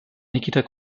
nikita